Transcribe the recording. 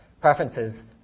preferences